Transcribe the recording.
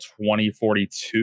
2042